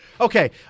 Okay